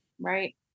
Right